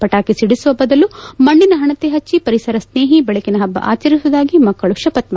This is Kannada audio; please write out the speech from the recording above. ಪಟಾಕಿ ಸಿಡಿಸುವ ಬದಲು ಮಣ್ಣಿನ ಹಣತೆ ಹಚ್ಚಿ ಪರಿಸರ ಸ್ನೇಹಿ ಬೆಳಕಿನ ಹಬ್ಬ ಆಚರಿಸುವುದಾಗಿ ಮಕ್ಕಳು ಶಪಥ ಮಾಡಿದರು